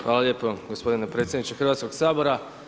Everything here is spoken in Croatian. Hvala lijepo gospodine predsjedniče Hrvatskog sabora.